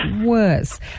worse